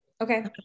Okay